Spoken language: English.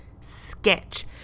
sketch